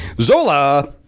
Zola